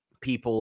people